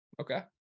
Okay